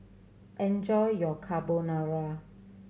enjoy your Carbonara